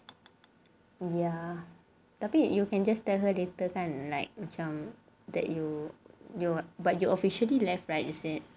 ya tapi you can just tell her later kan like macam that you you're but you're officially left right you said